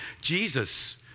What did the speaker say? Jesus